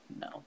No